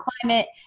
climate